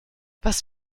was